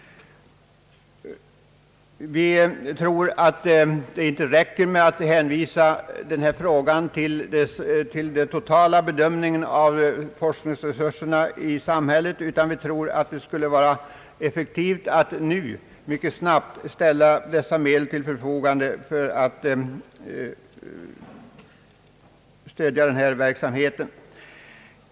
Vi tror att det inte räcker med att hänvisa denna fråga till den totala bedömningen av samhällets forskningsresurser. Vi tror i stället att det skulle vara effektivt att nu, mycket snabbt, ställa dessa medel till förfogande för den här berörda, speciella verksamheten.